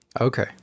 Okay